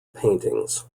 paintings